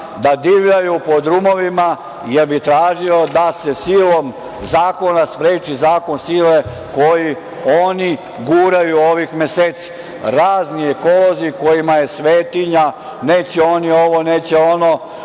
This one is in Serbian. da divljaju po drumovima, jer bih tražio da se silom zakona spreči zakon sile koji oni guraju ovih meseci, razni ekolozi kojima je svetinja – neće oni ovo, neće ono.